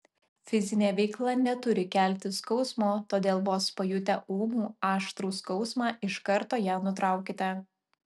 fizinė veikla neturi kelti skausmo todėl vos pajutę ūmų aštrų skausmą iš karto ją nutraukite